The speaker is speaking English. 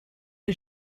did